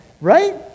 right